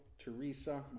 Teresa